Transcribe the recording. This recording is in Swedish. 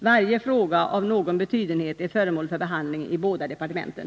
Varje fråga av någon betydenhet är föremål för behandling i båda departementen.